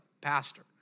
pastor